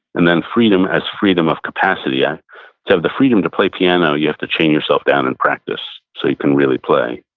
and then freedom as freedom of capacity. yeah to have the freedom to play piano, you have to chain yourself down and practice so you can really play.